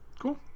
cool